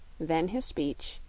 then his speech,